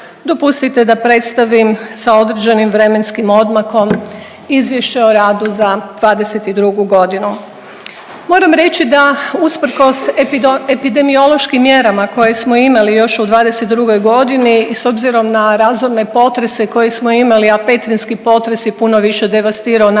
Dopustite da predstavim sa određenim vremenskim odmakom Izvješće o radu za '22.g.. Moram reći da usprkos epidemiološkim mjerama koje smo imali još u '22.g. i s obzirom na razorne potrese koje smo imali, a Petrinjski potres je puno više devastirao naš ured